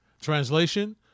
Translation